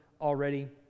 already